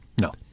no